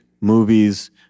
movies